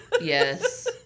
Yes